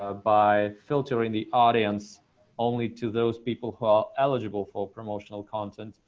ah by filtering the audience only to those people who are eligible for promotional content,